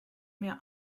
mehr